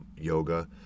yoga